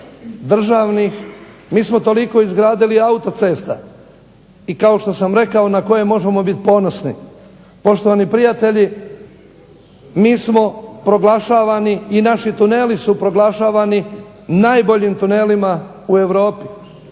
mi smo toliko izgradili autocesta i kao što sam rekao na koje možemo biti ponosni. Poštovani prijatelji mi smo proglašavani i naši tuneli su proglašavani najboljim tunelima u Europi.